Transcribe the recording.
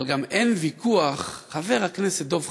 אבל גם אין ויכוח, חבר הכנסת דב חנין,